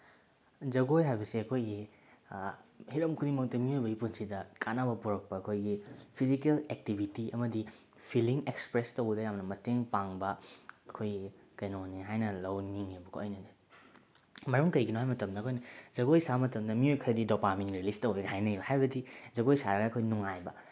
ꯖꯒꯣꯏ ꯍꯥꯏꯕꯁꯦ ꯑꯩꯈꯣꯏꯒꯤ ꯍꯤꯔꯝ ꯈꯨꯗꯤꯡꯃꯛꯇ ꯃꯤꯑꯣꯏꯕꯒꯤ ꯄꯨꯟꯁꯤꯗ ꯀꯥꯟꯅꯕ ꯄꯨꯔꯛꯄ ꯑꯩꯈꯣꯏꯒꯤ ꯐꯤꯖꯤꯀꯦꯜ ꯑꯦꯛꯇꯤꯕꯤꯇꯤ ꯑꯃꯗꯤ ꯐꯤꯂꯤꯡ ꯑꯦꯛꯁꯄ꯭ꯔꯦꯁ ꯇꯧꯕꯗ ꯌꯥꯝꯟ ꯃꯇꯦꯡ ꯄꯥꯡꯕ ꯑꯩꯈꯣꯏꯒꯤ ꯀꯩꯅꯣꯅꯦ ꯍꯥꯏꯅ ꯂꯧꯅꯤꯡꯉꯦꯕꯀꯣ ꯑꯩꯅꯗꯤ ꯃꯔꯝ ꯀꯩꯒꯤꯅꯣ ꯍꯥꯏ ꯃꯇꯝꯗ ꯖꯒꯣꯏ ꯁꯥ ꯃꯇꯝꯗ ꯃꯤꯑꯣꯏ ꯈꯔꯗꯤ ꯗꯣꯄꯥꯃꯤꯟ ꯔꯤꯂꯤꯁ ꯇꯧꯋꯦꯅ ꯍꯥꯏꯅꯩꯕ ꯍꯥꯏꯕꯗꯤ ꯖꯒꯣꯏ ꯁꯥꯔꯒ ꯑꯩꯈꯣꯏ ꯅꯨꯡꯉꯥꯏꯕ